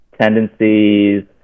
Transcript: tendencies